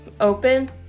open